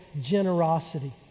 generosity